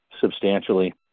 substantially